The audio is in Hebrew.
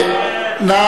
נא